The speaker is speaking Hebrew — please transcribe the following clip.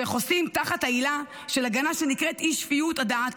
שחוסים תחת העילה של הגנה שנקראת אי-שפיות הדעת,